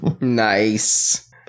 Nice